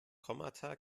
kommata